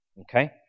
Okay